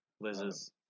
liz's